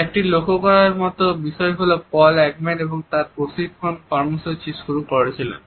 একটি লক্ষ্য করার মতো বিষয় হলো পল একম্যান ও তার প্রশিক্ষণ কর্মসূচি শুরু করেছিলেন